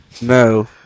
No